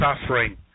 suffering